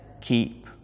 keep